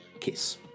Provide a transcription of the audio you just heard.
Kiss